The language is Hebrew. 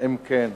5. אם כן,